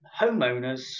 homeowners